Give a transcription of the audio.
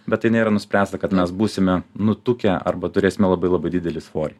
bet tai nėra nuspręsta kad mes būsime nutukę arba turėsime labai labai didelį svorį